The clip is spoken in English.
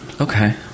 Okay